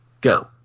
Go